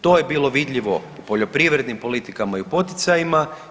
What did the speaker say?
To je bilo vidljivo u poljoprivrednim politikama i u poticajima.